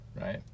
right